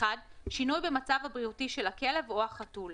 (1)כל שינוי במצב הבריאותי של הכלב או החתול,